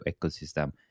ecosystem